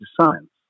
science